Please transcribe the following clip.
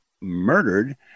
murdered